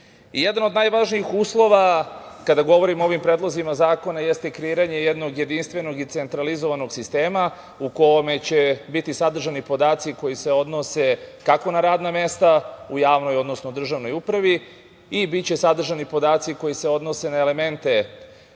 od najvažnijih uslova kada govorimo o ovim predlozima zakona jeste kreiranje jednog jedinstvenog i centralizovanog sistema u kome će biti sadržani podaci koji se odnose kako na radna mesta, u javnoj, odnosno državnoj upravi i biće sadržani podaci koji se odnose na elemente